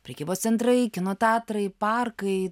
prekybos centrai kino teatrai parkai